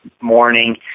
morning